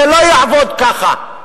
זה לא יעבוד ככה,